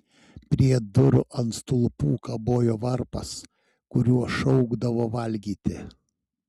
prie durų ant stulpų kabojo varpas kuriuo šaukdavo valgyti